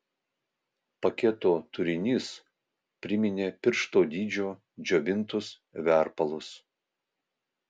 paketo turinys priminė piršto dydžio džiovintus verpalus